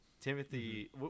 Timothy